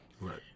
Right